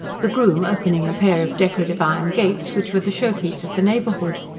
the groom opening a pair of decorative iron gates which were the showpiece of the neighbourhood,